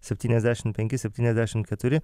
septyniasdešimt penki septyniasdešimt keturi